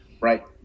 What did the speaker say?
Right